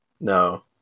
No